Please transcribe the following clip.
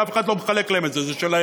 אף אחד לא מחלק להם את זה, זה שלהם.